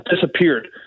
disappeared